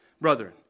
brethren